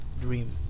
dream